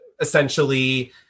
essentially